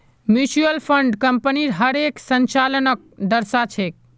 mutual fund कम्पनीर हर एक संचालनक दर्शा छेक